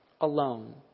alone